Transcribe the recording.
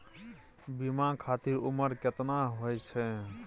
बीमा खातिर उमर केतना होय चाही?